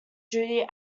judy